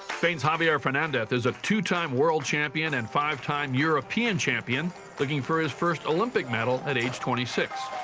spain's javier fernandez is a two-time world champion and five-time european champion looking for his first olympic medal at age twenty six.